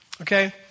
okay